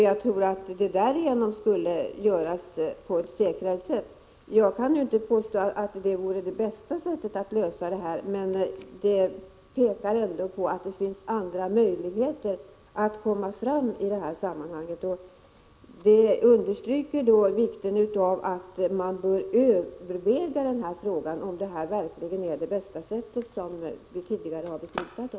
Jag tror att kontrollen därigenom skulle bli säkrare. Jag kan inte påstå att det sättet vore det bästa, men det visar att det finns andra möjligheter att komma fram i det här sammanhanget, och det understryker vikten av att överväga om det tidigare beslutet verkligen var det bästa.